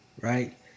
Right